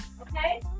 Okay